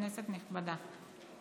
כנסת נכבדה,